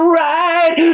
right